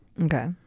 Okay